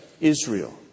Israel